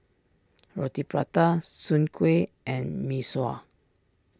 Roti Prata Soon Kueh and Mee Surah